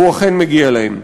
והוא אכן מגיע להם.